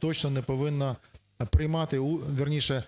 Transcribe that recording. точно не повинно приймати, вірніше,